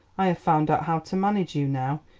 i have found out how to manage you now.